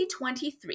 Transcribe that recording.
2023